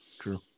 True